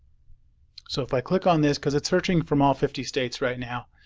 so if i click on this because it's searching from all fifty states right now.